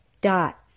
dot